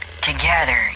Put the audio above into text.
together